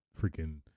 freaking